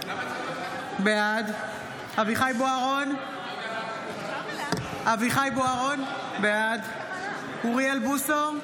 בעד אביחי אברהם בוארון, בעד אוריאל בוסו,